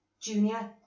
junior